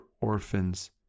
orphans